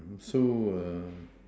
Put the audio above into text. so